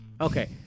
Okay